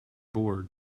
bored